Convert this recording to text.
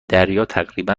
تقریبا